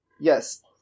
yes